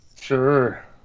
Sure